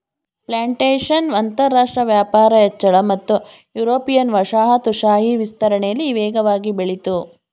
plantation ಅಂತರಾಷ್ಟ್ರ ವ್ಯಾಪಾರ ಹೆಚ್ಚಳ ಮತ್ತು ಯುರೋಪಿಯನ್ ವಸಾಹತುಶಾಹಿ ವಿಸ್ತರಣೆಲಿ ವೇಗವಾಗಿ ಬೆಳಿತು